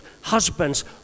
Husbands